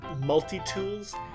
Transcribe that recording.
multi-tools